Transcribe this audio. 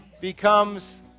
becomes